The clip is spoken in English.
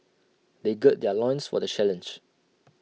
they gird their loins for the challenge